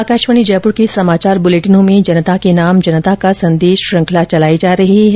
आकाशवाणी जयपुर के समाचार बुलेटिनों में जनता के नाम जनता का संदेश के शुंखला चलाई जा रही है